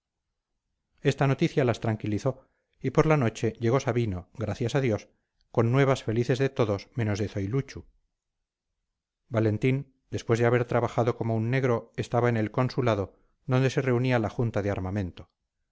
esta noticia las tranquilizó y por la noche llegó sabino gracias a dios con nuevas felices de todos menos de zoiluchu valentín después de haber trabajado como un negro estaba en el consulado donde se reunía la junta de armamento